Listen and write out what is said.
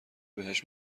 بهش